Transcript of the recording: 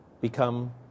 become